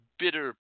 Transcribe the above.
bitter